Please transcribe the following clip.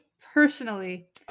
personally